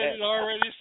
already